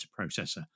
processor